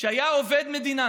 שהיה עובד מדינה